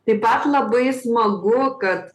taip pat labai smagu kad